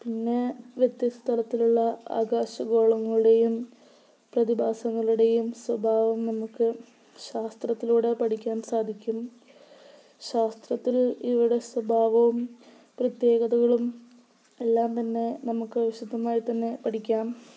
പിന്നെ വ്യത്യസ്ത തലത്തിലുള്ള ആകാശ ഗോളങ്ങളുടെയും പ്രതിഭാസങ്ങളുടെയും സ്വഭാവം നമുക്ക് ശാസ്ത്രത്തിലൂടെ പഠിക്കാൻ സാധിക്കും ശാസ്ത്രത്തിൽ ഇവരുടെ സ്വഭാവവും പ്രത്യേകതകളും എല്ലാം തന്നെ നമുക്ക് വിശദമായി തന്നെ പഠിക്കാം